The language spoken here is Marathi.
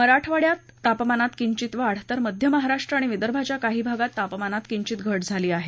मराठवाड्यात तापमानात किंचित वाढ तर मध्य महाराष्ट्र आणि विदर्भाच्या काही भागात तापमानात किंचित घट झाली आहे